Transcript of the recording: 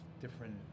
different